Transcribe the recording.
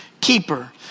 keeper